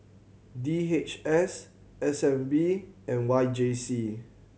D H S S N B and Y J C